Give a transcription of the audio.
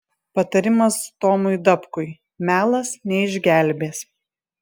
patarimas tomui dapkui melas neišgelbės